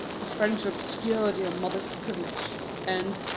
the french obscured your mother's privilege, and,